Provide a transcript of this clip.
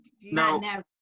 No